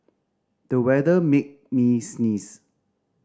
the weather made me sneeze